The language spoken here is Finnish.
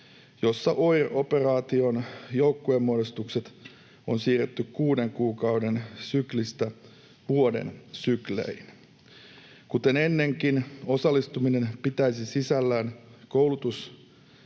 jossa OIR-operaation joukkueenmuodostukset on siirretty kuuden kuukauden syklistä vuoden sykleihin. Kuten ennenkin, osallistuminen pitäisi sisällään koulutus-